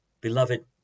Beloved